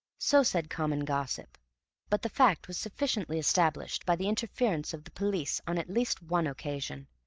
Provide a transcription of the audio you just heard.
so said common gossip but the fact was sufficiently established by the interference of the police on at least one occasion,